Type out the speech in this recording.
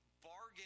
bargain